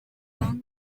long